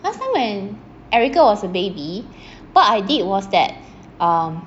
that's long when erica was a baby what I did was that um